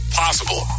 possible